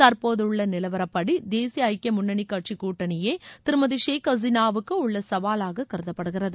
தற்போதுள்ள நிலவரப்படி தேசிய ஐக்கிய முன்னணி கட்சிக் கூட்டணியே திருமதி ஷேக் ஹசீனாவுக்கு உள்ள சவாவாக கருதப்படுகிறது